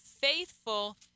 faithful